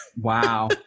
Wow